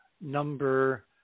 number